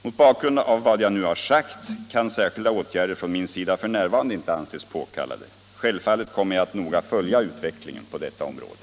Mot bakgrund av vad jag nu har sagt kan särskilda åtgärder från min sida f. n. inte anses påkallade. Självfallet kommer jag att noga följa utvecklingen på detta område.